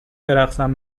برقصم